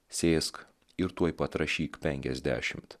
sėsk ir tuoj pat rašyk penkiasdešimt